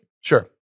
Sure